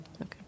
Okay